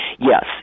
Yes